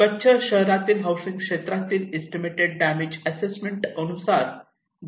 कच्छ शहरातील हाऊसिंग क्षेत्रातील estimated damage assessment अनुसार 2